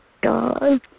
God